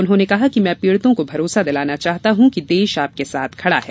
उन्होंने कहा कि मैं पीड़ितों को भरोसा दिलाना चाहता हूं कि देश आपके साथ खडा है